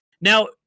now